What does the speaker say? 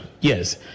yes